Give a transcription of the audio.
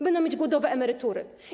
Będą mieć głodowe emerytury.